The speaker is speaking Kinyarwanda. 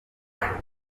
tariki